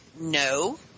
no